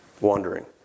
wandering